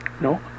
No